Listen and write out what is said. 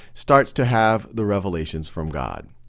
starts to have the revelations from god.